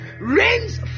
Rains